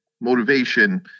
motivation